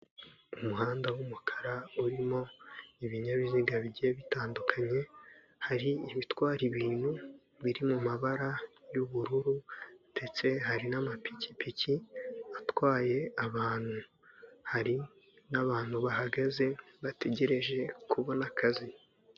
Umuhanda w'umukara urimo ibinyabiziga bigiye bitandukanye, hari ibitwara ibintu biri mu mabara y'ubururu, ndetse hari n'amapikipiki atwaye abantu, hari n'abantu bahagaze bategereje kubona akazi.